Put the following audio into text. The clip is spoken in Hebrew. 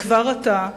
וכבר עתה,